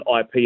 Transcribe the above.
IP